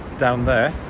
down there,